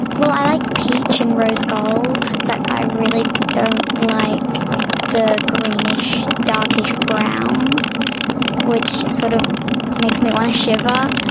well i like peach and rose gold but i really don't like the greenish, darkish brown which sort of makes me want to shiver.